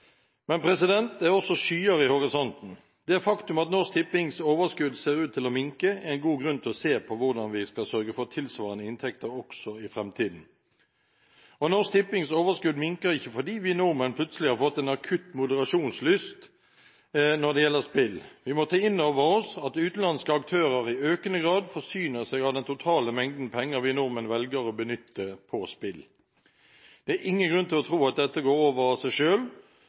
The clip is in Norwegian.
Men det er også skyer i horisonten. Det faktum at Norsk Tippings overskudd ser ut til å minke, er en god grunn til å se på hvordan vi skal sørge for tilsvarende inntekter også i framtiden. Norsk Tippings overskudd minker ikke fordi vi nordmenn plutselig har fått en akutt moderasjonslyst når det gjelder spill. Vi må ta inn over oss at utenlandske aktører i økende grad forsyner seg av den totale mengden penger vi nordmenn velger å benytte på spill. Det er ingen grunn til å tro at dette går over av seg